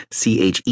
CHE